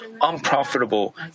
unprofitable